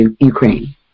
Ukraine